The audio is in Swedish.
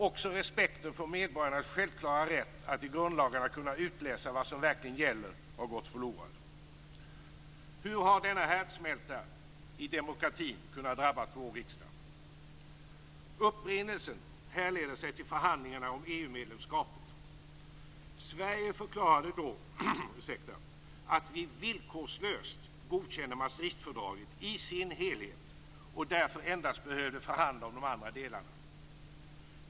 Också respekten för medborgarnas självklara rätt att i grundlagarna kunna utläsa vad som verkligen gäller har gått förlorad. Hur har denna härdsmälta i demokratin kunnat drabba vår riksdag? Upprinnelsen härleder sig till förhandlingarna om EU-medlemskapet. Sverige förklarade då att vi villkorslöst godkände Maastrichtfördraget i dess helhet och därför endast behövde förhandla om de andra delarna.